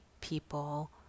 people